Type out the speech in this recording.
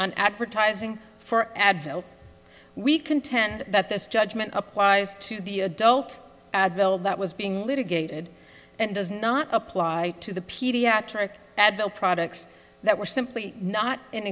on advertising for advil we contend that this judgment applies to the adult bill that was being litigated and does not apply to the pediatric adult products that were simply not in